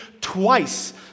twice